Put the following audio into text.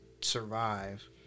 survive